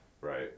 right